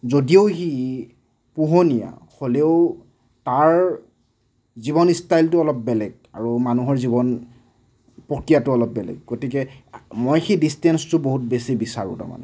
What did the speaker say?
যদিও সি পোহনীয়া হ'লেও তাৰ জীৱন ষ্টাইলটো অলপ বেলেগ আৰু মানুহৰ জীৱন প্ৰক্ৰিয়াটো অলপ বেলেগ গতিকে মই সেই দিছটেনচটো বহুত বেছি বিচাৰোঁ তাৰমানে